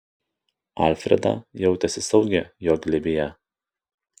alfreda jautėsi saugi jo glėbyje